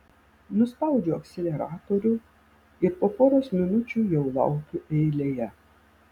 nuspaudžiu akceleratorių ir po poros minučių jau laukiu eilėje